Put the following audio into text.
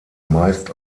meist